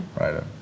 Right